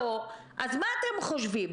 ואם לא, מה אתם חושבים?